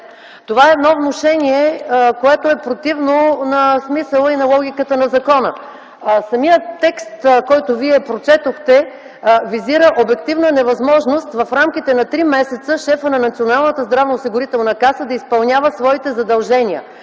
Това е едно внушение, противно на смисъла и логиката на закона. Самият текст, който Вие прочетохте, визира обективната невъзможност в рамките на три месеца шефът на Националната здравноосигурителна каса да изпълнява своите задължения.